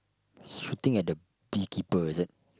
strutting at the bee keeper is it